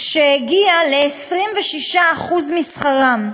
שהגיעה ל-26% משכרם,